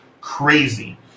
crazy